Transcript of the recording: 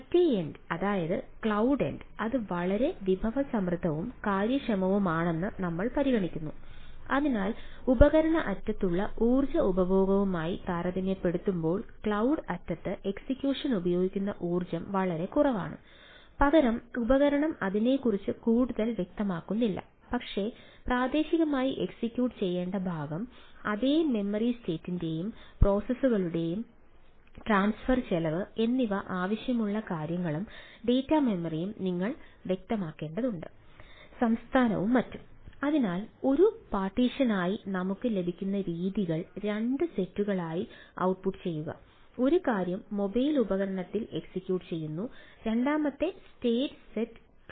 മറ്റേ എൻഡ് അതായത് ക്ലൌഡ് ഉപകരണത്തിൽ എക്സിക്യൂട്ട് ചെയ്യുന്നു രണ്ടാമത്തെ സ്റ്റേറ്റ് സെറ്റ് ക്ലൌഡിലെ എക്സിക്യുട്ടിലേക്ക് പോകുന്നു